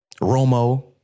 Romo